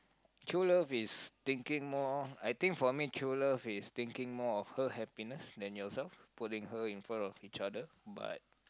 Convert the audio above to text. true love is thinking more I think for me true love is thinking more of her happiness than yourself putting her in front of each other but